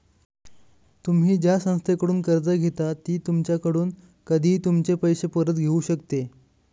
तुम्ही ज्या संस्थेकडून कर्ज घेता ती तुमच्याकडून कधीही तुमचे पैसे परत घेऊ शकते